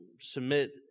submit